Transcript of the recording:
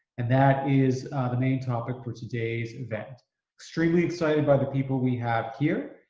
and that is the main topic for today's event extremely excited by the people we have here.